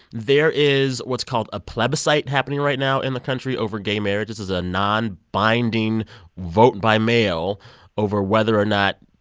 there is what's called a plebiscite happening right now in the country over gay marriage. this is a non-binding vote and by mail over whether or not